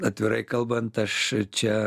atvirai kalbant aš čia